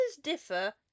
differ